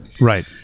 right